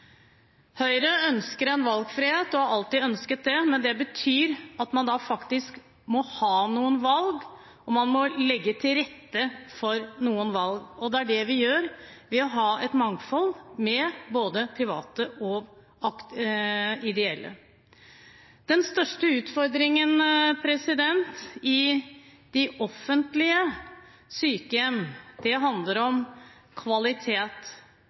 Høyre ønsker valgfrihet og har alltid ønsket det, men det betyr at man faktisk må ha noen valg, og man må legge til rette for noen valg. Det er det vi gjør ved å ha et mangfold med både private og ideelle. Den største utfordringen i offentlige sykehjem handler om kvalitet. Det er altfor stor forskjell på kvaliteten, og det handler ikke om